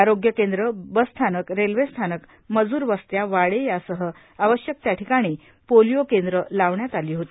आरोग्य केंद्रा बसस्थानक रेल्वे स्थानक मजुरवस्त्या वाडे यासह आवश्यक त्या ठिकाणी पोलिओ केंद्र लावण्यात आली होती